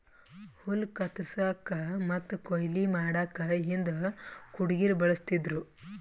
ಹುಲ್ಲ್ ಕತ್ತರಸಕ್ಕ್ ಮತ್ತ್ ಕೊಯ್ಲಿ ಮಾಡಕ್ಕ್ ಹಿಂದ್ ಕುಡ್ಗಿಲ್ ಬಳಸ್ತಿದ್ರು